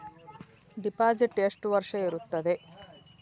Deposit ಎಷ್ಟು ವರ್ಷ ಇರುತ್ತದೆ?